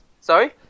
sorry